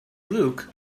look